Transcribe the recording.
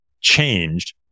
changed